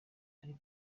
ari